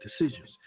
decisions